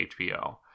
HBO